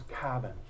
Cabin